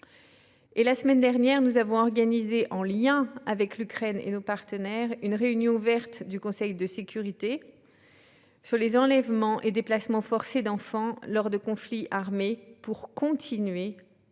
Et la semaine dernière, nous avons organisé en lien avec l'Ukraine et nos partenaires une réunion ouverte du Conseil de sécurité des Nations unies sur les enlèvements et déplacements forcés d'enfants lors de conflits armés pour continuer, toujours